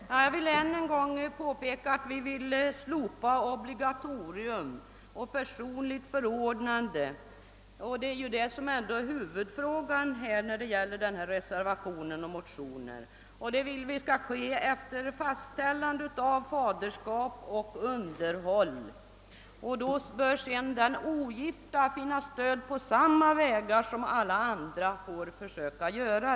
Herr talman! Jag vill än en gång påpeka att vi vill slopa obligatoriet och personligt förordnande. Det är ju det som är huvudfrågan i denna reservation. Efter fastställandet av faderskap och underhåll bör den ogifta modern söka stöd på samma vägar som alla andra.